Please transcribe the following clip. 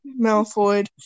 Malfoy